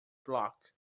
block